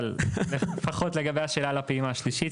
אבל לפחות לגבי השאלה על הפעימה השלישית,